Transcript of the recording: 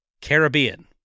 Caribbean